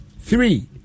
three